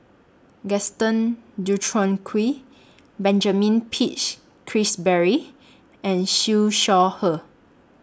Gaston Dutronquoy Benjamin Peach Keasberry and Siew Shaw Her